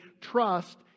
trust